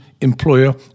employer